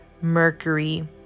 Mercury